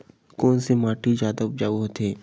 कोन से माटी जादा उपजाऊ होथे?